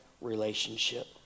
relationship